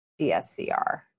DSCR